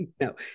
no